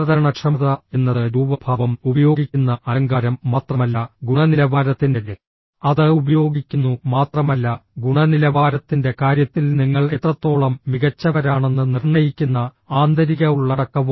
അവതരണക്ഷമത എന്നത് രൂപഭാവം ഉപയോഗിക്കുന്ന അലങ്കാരം മാത്രമല്ല ഗുണനിലവാരത്തിന്റെ അത് ഉപയോഗിക്കുന്നു മാത്രമല്ല ഗുണനിലവാരത്തിന്റെ കാര്യത്തിൽ നിങ്ങൾ എത്രത്തോളം മികച്ചവരാണെന്ന് നിർണ്ണയിക്കുന്ന ആന്തരിക ഉള്ളടക്കവും